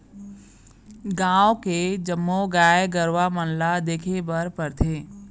गाँव के जम्मो गाय गरूवा मन ल देखे बर परथे